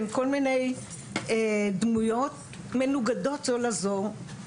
בין כל מיני דמויות מנוגדות זו לזו,